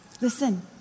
Listen